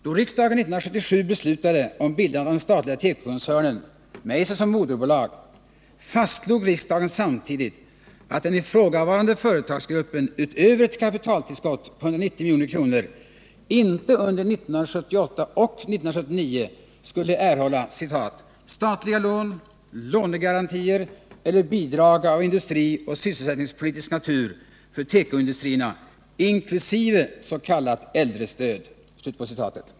Då riksdagen 1977 beslutade om bildandet av den statliga tekokoncernen med Eiser som moderbolag, fastslog riksdagen samtidigt att den ifrågavarande företagsgruppen utöver ett kapitaltillskott på 190 milj.kr. inte under 1978 och 1979 skulle erhålla ”statliga lån, lånegarantier eller bidrag av industrioch sysselsättningspolitisk natur för tekoindustrierna, inkl. äldrestöd”.